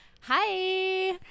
Hi